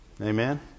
Amen